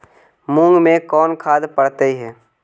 मुंग मे कोन खाद पड़तै है?